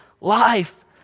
life